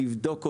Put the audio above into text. לבדוק אותן,